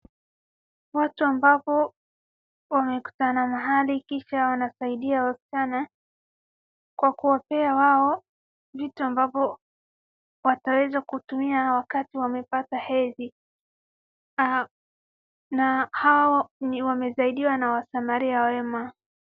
Watu ambapo wamekutana mahali kisha wanasaidia wasichana kwa kuwapea wao vitu ambavo wataweza kutumia wakati wamepata hedhi, na hao wamesaidiwa na wasamaria wema.